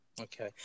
okay